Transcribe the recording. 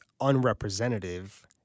unrepresentative